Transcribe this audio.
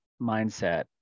mindset